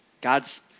God's